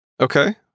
Okay